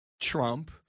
Trump